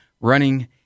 running